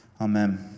Amen